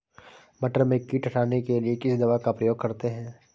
मटर में कीट हटाने के लिए किस दवा का प्रयोग करते हैं?